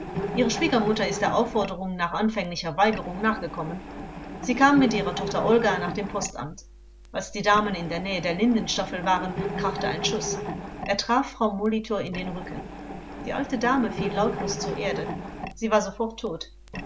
ihre schwiegermutter ist der aufforderung nach anfänglicher weigerung nachgekommen sie kam mit ihrer tochter olga nach dem postamt als die damen in der nähe der lindenstaffel waren krachte ein schuß er traf frau molitor in den rücken die alte dame fiel lautlos zur erde sie war sofort tot